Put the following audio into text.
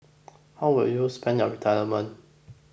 how will you spend your retirement